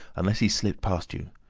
unless he's slipped past you.